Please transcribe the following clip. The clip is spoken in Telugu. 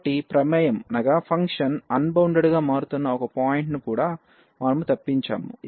కాబట్టి ప్రమేయం అన్బౌండెడ్ గా మారుతున్న ఒక పాయింట్ ను కూడా మనము తప్పించాము